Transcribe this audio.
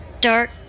dark